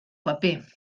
paper